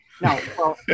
no